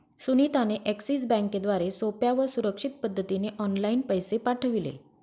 सुनीता ने एक्सिस बँकेद्वारे सोप्या व सुरक्षित पद्धतीने ऑनलाइन पैसे पाठविले